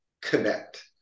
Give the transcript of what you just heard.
connect